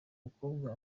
mukobwa